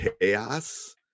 chaos